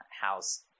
house